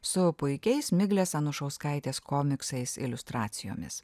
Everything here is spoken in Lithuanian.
su puikiais miglės anušauskaitės komiksais iliustracijomis